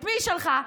את מי היא שלחה?